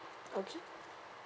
okay